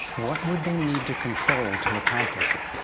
what would they need to control to accomplish it?